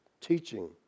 teaching